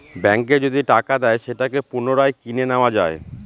ব্যাঙ্কে যদি টাকা দেয় সেটাকে পুনরায় কিনে নেত্তয়া যায়